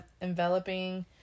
enveloping